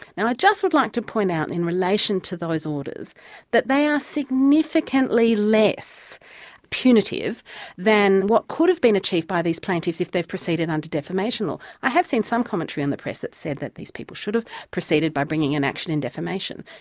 now, i just would like to point out in relation to those orders that they are significantly less punitive than what could've been achieved by these plaintiffs if they've proceeded under defamation law. i have seen some commentary in the press that said that these people should've proceeded by bringing an action in defamation.